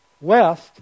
west